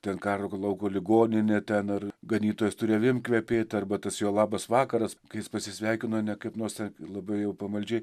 ten karo kur lauko ligoninė ten ar ganytojas turi avim kvepėti arba tas jo labas vakaras kai jis pasisveikino ne kaip nors ten labai jau pamaldžiai